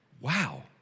Wow